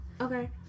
Okay